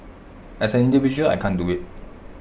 as an individual I can't do IT